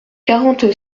quarante